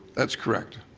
that is correct.